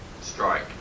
strike